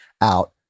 out